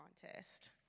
contest